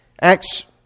Acts